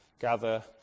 gather